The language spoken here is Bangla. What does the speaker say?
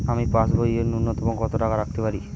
আমি পাসবইয়ে ন্যূনতম কত টাকা রাখতে পারি?